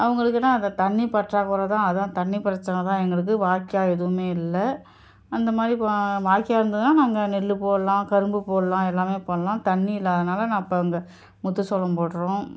அவங்களுக்குனா அந்தத் தண்ணிப் பற்றாக்குறை தான் அதுதான் தண்ணிப் பிரச்சனை தான் எங்களுக்கு வாய்க்கால் எதுவுமே இல்லை அந்தமாதிரி ப வாய்க்கால் இருந்தது தான் நாங்கள் நெல் போடலாம் கரும்பு போடலாம் எல்லாமே பண்ணலாம் தண்ணி இல்லாததுனால் நான் இப்போ அங்கே முத்துசோளம் போடுறோம்